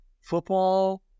football